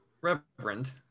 Reverend